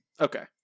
Okay